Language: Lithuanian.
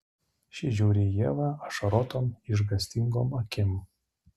ši žiūri į ievą ašarotom išgąstingom akim